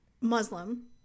Muslim